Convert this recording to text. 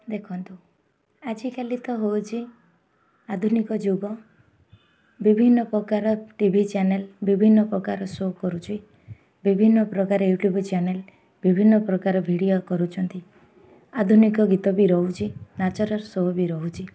ଦେଖନ୍ତୁ ଆଜିକାଲି ତ ହେଉଛି ଆଧୁନିକ ଯୁଗ ବିଭିନ୍ନ ପ୍ରକାର ଟି ଭି ଚ୍ୟାନେଲ୍ ବିଭିନ୍ନ ପ୍ରକାର ସୋ କରୁଛି ବିଭିନ୍ନ ପ୍ରକାର ୟୁଟ୍ୟୁବ୍ ଚ୍ୟାନେଲ୍ ବିଭିନ୍ନ ପ୍ରକାର ଭିଡ଼ିଓ କରୁଛନ୍ତି ଆଧୁନିକ ଗୀତ ବି ରହୁଛି ନାଚର ସୋ ବି ରହୁଛି